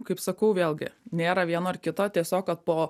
kaip sakau vėlgi nėra vieno ar kito tiesiog kad po